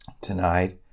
tonight